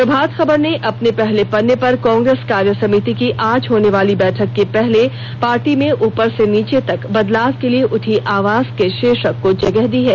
प्रभात खबर ने अपने पहले पन्ने पर कांग्रेस कार्यसमिति की आज होने वाली बैठक के पहले पार्टी में ऊपर से नीचे तक बदलाव के लिए उठी आवाज के शीर्षक को जगह दी है